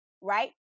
right